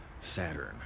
Saturn